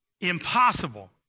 impossible